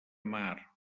mar